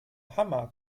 hammer